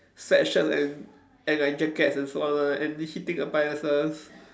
sweatshirt and and like jacket and so on and heating appliances